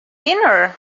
dinner